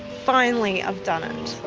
finally i've done and